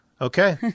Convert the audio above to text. Okay